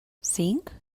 cinc